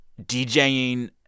DJing